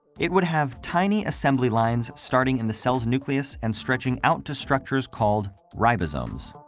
it would have tiny assembly lines starting in the cell's nucleus and stretching out to structures called ribosomes.